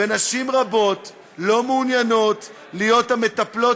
ונשים רבות לא מעוניינות להיות המטפלות